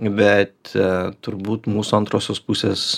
bet turbūt mūsų antrosios pusės